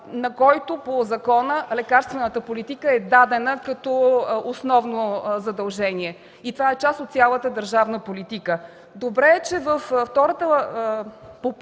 на който по закона лекарствената политика е дадена като основно задължение и това е част от цялата държавна политика? Добре е, че във второто